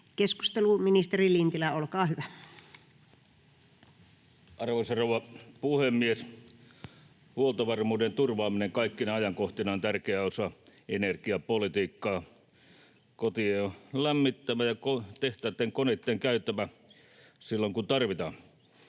— Ministeri Lintilä, olkaa hyvä. Arvoisa rouva puhemies! Huoltovarmuuden turvaaminen kaikkina ajankohtina on tärkeä osa energiapolitiikkaa. Kotien on lämmettävä ja tehtaitten koneitten käytävä silloin kun tarvitaan.